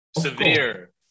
severe